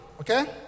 okay